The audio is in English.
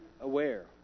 aware